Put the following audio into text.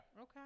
Okay